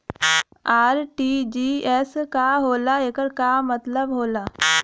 RTGS का होला एकर का मतलब होला?